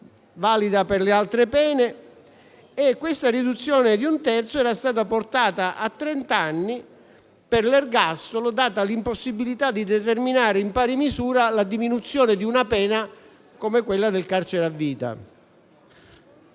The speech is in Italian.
valida per le altre pene era stata portata a trent'anni per l'ergastolo, data l'impossibilità di determinare in pari misura la diminuzione di una pena come quella del carcere a vita.